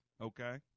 okay